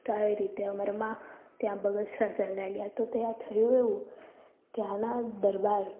તો આવી રીતે અમરમાં ત્યાં બગસરા ચાલ્યાં ગયાં તો ત્યાં થયું એવું ત્યાંના દરબાર